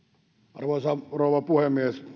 arvoisa rouva puhemies